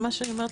ממש אני אומרת,